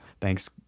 Thanks